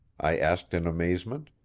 i asked in amazement,